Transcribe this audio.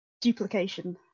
duplication